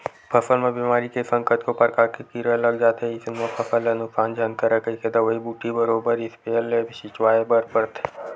फसल म बेमारी के संग कतको परकार के कीरा लग जाथे अइसन म फसल ल नुकसान झन करय कहिके दवई बूटी बरोबर इस्पेयर ले छिचवाय बर परथे